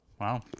Wow